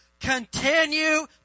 Continue